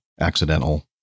accidental